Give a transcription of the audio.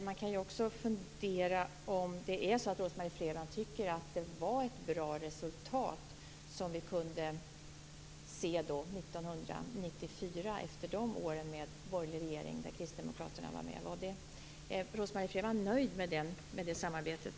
Man kan också fundera om Rose-Marie Frebran tycker att det var ett bra resultat som vi kunde se 1994 efter åren med borgerlig regering, där Kristdemokraterna var med. Är Rose-Marie Frebran nöjd med det samarbetet?